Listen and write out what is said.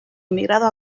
emigrado